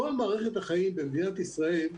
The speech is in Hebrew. כל מערכת החיים במדינת ישראל השתנתה.